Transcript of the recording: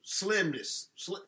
Slimness